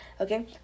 okay